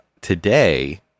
today